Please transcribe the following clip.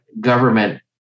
government